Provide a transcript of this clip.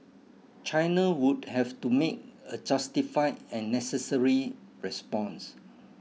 China would have to make a justified and necessary response